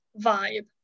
vibe